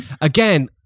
again